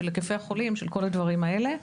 היקפי החולים וכל הדברים האלה.